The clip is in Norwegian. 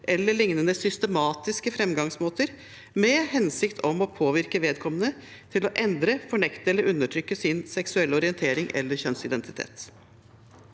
eller lignende systematiske framgangsmåter med den hensikt å påvirke vedkommende til å endre, fornekte eller undertrykke sin seksuelle orientering eller kjønnsidentitet.